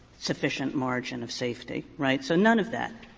sufficient margin of safety right? so none of that.